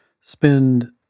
spend